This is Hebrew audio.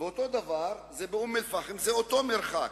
ואותו דבר באום-אל-פחם, באותו מרחק